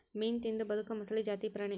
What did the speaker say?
ಮೇನಾ ತಿಂದ ಬದಕು ಮೊಸಳಿ ಜಾತಿ ಪ್ರಾಣಿ